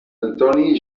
antoni